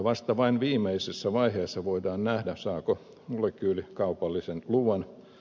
vasta vain viimeisessä vaiheessa voidaan nähdä saako molekyyli kaupallisen luvan